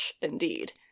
indeed